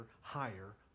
higher